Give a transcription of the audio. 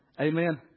Amen